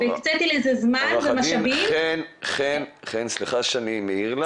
הקציתי לזה זמן ומשאבים --- סליחה שאני מעיר,